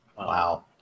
Wow